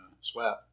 sweat